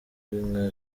nka